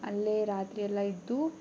ಅಲ್ಲೇ ರಾತ್ರಿಯೆಲ್ಲ ಇದ್ದು